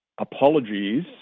apologies